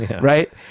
right